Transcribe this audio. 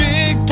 Big